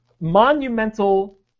monumental